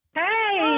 hey